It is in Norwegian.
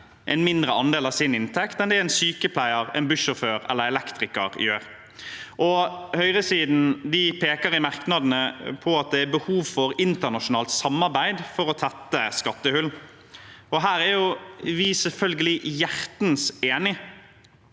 en mindre andel av sin inntekt enn det en sykepleier, en bussjåfør eller en elektriker gjør. Høyresiden peker i merknadene på at det er behov for internasjonalt samarbeid for å tette skattehull. Her er vi selvfølgelig hjertens enig.